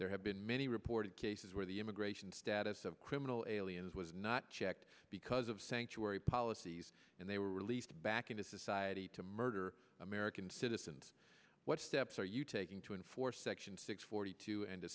there have been many reported cases where the immigration status of criminal aliens was not checked because of sanctuary policies and they were released back into society to murder american citizens what steps are you taking to enforce section six forty two and